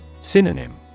Synonym